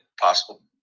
possible